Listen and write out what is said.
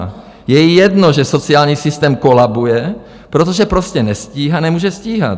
Je jí jedno, že sociální systém kolabuje, protože prostě nestíhá, nemůže stíhat.